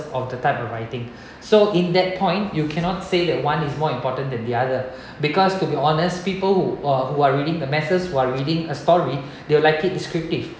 of the type of writing so in that point you cannot say that one is more important than the other because to be honest people who uh who are reading the masses who are reading a story they will like it descriptive